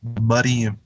muddy